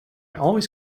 always